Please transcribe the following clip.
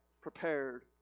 prepared